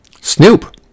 snoop